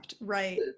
Right